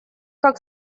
как